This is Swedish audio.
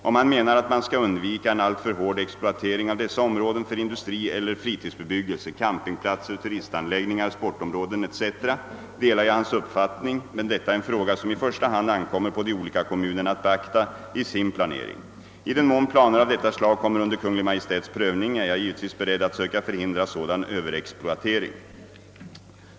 Om han menar att man skall undvika en alltför hård exploatering av dessa områden för industri eller för fritidsbebyggelse, campingplatser, turistanläggningar, sportområden etc. delar jag hans uppfattning, men detta är en fråga som i första hand ankommer på de olika kommunerna att beakta i sin planering. I den mån planer av detta slag kommer under Kungl Maj:ts prövning är jag givetvis beredd att söka förhindra sådan överexploatering.